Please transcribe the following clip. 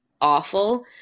awful